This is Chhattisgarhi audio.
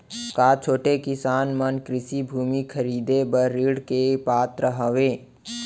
का छोटे किसान मन कृषि भूमि खरीदे बर ऋण के पात्र हवे?